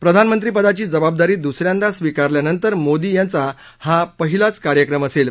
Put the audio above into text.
प्रधानमंत्रीपदाची जबाबदारी दुसऱ्यांदा स्वीकारल्यानंतर मोदी यांचा हा पहिलाच कार्यक्रम असेल